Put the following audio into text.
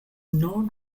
non